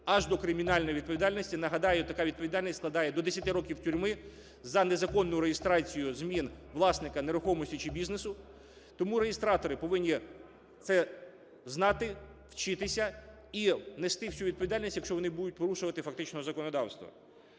аж до кримінальної відповідальності. Нагадаю, така відповідальність складає до 10 років тюрми за незаконну реєстрацію змін власника нерухомості чи бізнесу. Тому реєстратори повинні це знати, вчитися і нести всю відповідальність, якщо вони будуть порушувати фактично законодавство.